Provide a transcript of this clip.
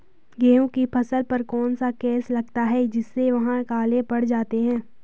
गेहूँ की फसल पर कौन सा केस लगता है जिससे वह काले पड़ जाते हैं?